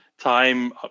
time